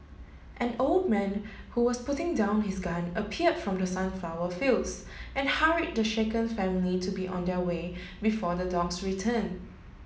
an old man who was putting down his gun appeared from the sunflower fields and hurried the shaken family to be on their way before the dogs return